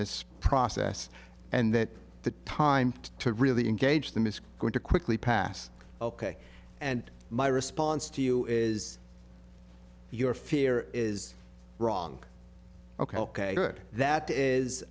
this process and that the time to really engage them is going to quickly pass ok and my response to you is your fear is wrong ok ok good that is